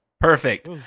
perfect